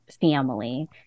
family